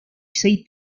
seis